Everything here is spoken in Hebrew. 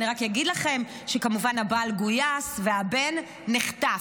אני רק אגיד לכם שכמובן הבעל גויס והבן נחטף,